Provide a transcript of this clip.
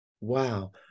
wow